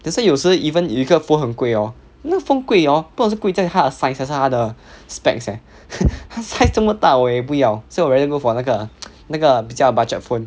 that's why 有时有一个很贵 hor 那个 phone 贵 hor 不懂是贵在他的 size 还是他的 specs eh 他的 size 这样大我也不要 so I rather go for 那个那个比较 budget phone